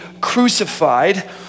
crucified